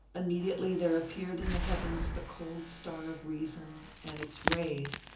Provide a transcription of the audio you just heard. immediately there appeared in the heavens the cold star of reason, and its rays,